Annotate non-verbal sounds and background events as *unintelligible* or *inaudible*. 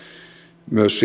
myös *unintelligible*